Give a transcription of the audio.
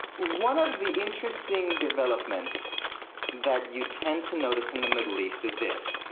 one of the interesting developments that you tend to notice in the middle east is this.